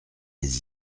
les